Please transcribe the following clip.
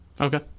Okay